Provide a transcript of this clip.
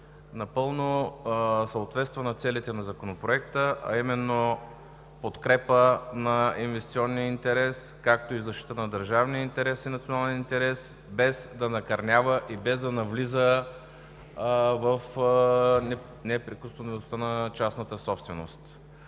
напълно съответства на целите на Законопроекта, а именно подкрепа на инвестиционния интерес, както и защита на държавния и националния интерес, без да накърнява и без да навлиза в неприкосновеността на частната собственост.